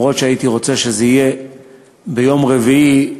אם כי הייתי רוצה שזה יהיה ביום רביעי,